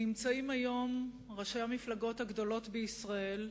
נמצאים היום ראשי המפלגות הגדולות בישראל,